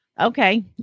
Okay